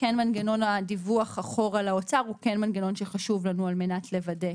מנגנון הדיווח אחורה לאוצר הוא כן מנגנון שחשוב לנו על מנת לוודא.